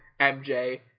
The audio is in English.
MJ